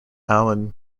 allen